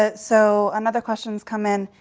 ah so, another question has come in.